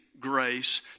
grace